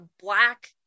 black